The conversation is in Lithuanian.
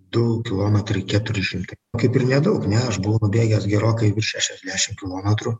du kilometrai keturi šimtai kaip ir nedaug ne aš buvau nubėgęs gerokai virš šešiasdešim kilometrų